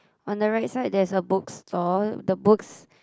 on the right side there's a book store the books